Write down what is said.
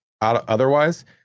otherwise